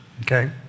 Okay